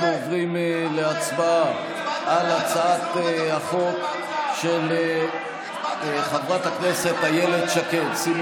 אנחנו עוברים להצבעה על הצעת החוק של חברת הכנסת איילת שקד,